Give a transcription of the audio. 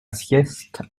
sieste